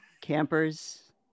Campers